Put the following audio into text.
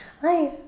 Hi